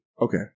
okay